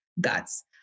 guts